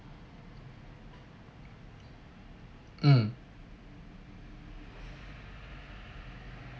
mm